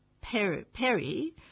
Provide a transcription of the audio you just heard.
Perry